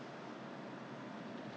yes I don't like the